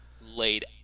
laid